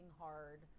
hard